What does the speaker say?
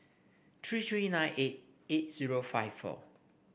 three three nine eight eight zero five four